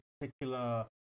particular